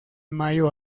mayo